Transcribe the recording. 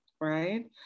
right